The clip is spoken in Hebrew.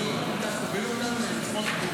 תודה.